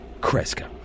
Kreska